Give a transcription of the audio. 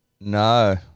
No